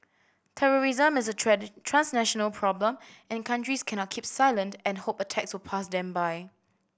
terrorism is a transnational problem and countries cannot keep silent and hope attacks will pass them by